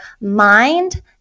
mind